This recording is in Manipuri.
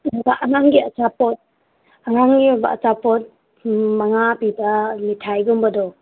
ꯀꯔꯤ ꯍꯥꯏꯕ ꯑꯉꯥꯡꯒꯤ ꯑꯆꯥꯄꯣꯠ ꯑꯉꯥꯡꯒꯤ ꯑꯣꯏꯕ ꯑꯆꯥꯄꯣꯠ ꯃꯉꯥ ꯄꯤꯕ ꯃꯤꯊꯥꯏꯒꯨꯝꯕꯗꯣ